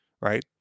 right